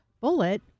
Bullet